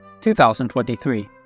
2023